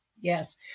yes